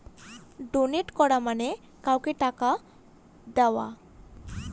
donate করা মানে কাউকে টাকা দেওয়া